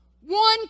One